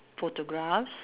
photograph